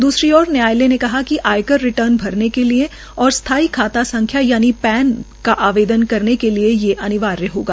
द्रसरी ओर न्यायालय ने कहा कि आयकर रिर्टन के लिए और स्थायी खाता संख्या यानि पैन का आवेदन करने के लिए ये अनिवार्य होगा